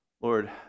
Lord